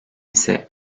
ise